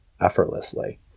effortlessly